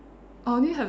I only have